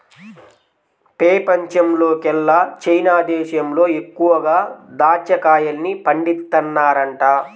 పెపంచంలోకెల్లా చైనా దేశంలో ఎక్కువగా దాచ్చా కాయల్ని పండిత్తన్నారంట